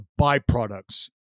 byproducts